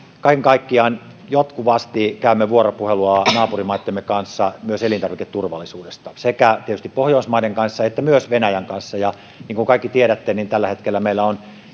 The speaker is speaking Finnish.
kaiken kaikkiaan jatkuvasti käymme vuoropuhelua naapurimaittemme kanssa myös elintarviketurvallisuudesta sekä tietysti pohjoismaiden kanssa että myös venäjän kanssa ja niin kuin kaikki tiedätte tällä hetkellä meillä on